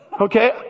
Okay